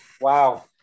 Wow